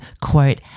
quote